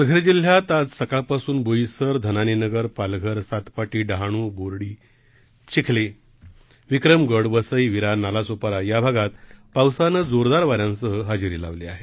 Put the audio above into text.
पालघर जिल्ह्यात आज सकाळपासून बोईसर धनानीनगर पालघर सातपाटी डहाणू बोर्डी चिखले विक्रमगड वसई विरार नालासोपारा या भागांत पावसानं जोरदार वाऱ्यांसह हजेरी लावली आहे